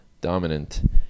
dominant